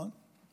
מה?